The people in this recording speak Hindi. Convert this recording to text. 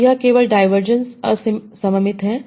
तो यह केएल डाइवर्जेन्स असममित है